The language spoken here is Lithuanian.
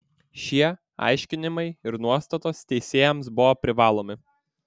šie aiškinimai ir nuostatos teisėjams buvo privalomi